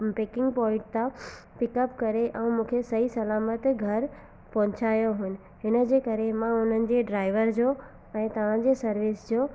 picking point खां pickup करे ऐं मूंखे सही सलामत हिते घरु पहुंचायो हुओ हिन जे करे मां उन्हनि जे ड्राइवर जो ऐं तव्हांजे सर्विस जो